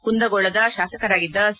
ಕುಂದಗೋಳದ ಶಾಸಕರಾಗಿದ್ದ ಸಿ